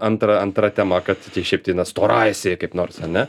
antra antra tema kad šiaip tai na stora esi nors ane